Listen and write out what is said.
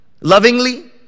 lovingly